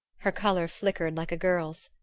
her color flickered like a girl's.